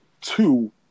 two